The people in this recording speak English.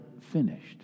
finished